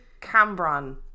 Cambron